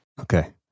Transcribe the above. Okay